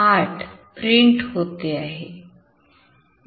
8 print होते आहे